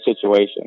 situation